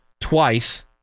twice